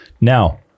Now